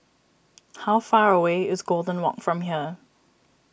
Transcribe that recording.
how far away is Golden Walk from here